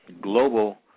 global